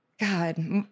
God